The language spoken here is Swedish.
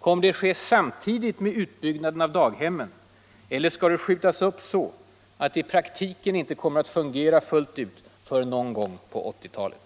Kommer det att ske samtidigt med utbyggnaden av daghemmen eller skall det skjutas upp så att det i praktiken inte kommer att fungera fullt ut förrän någon gång på 1980-talet?